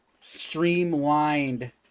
streamlined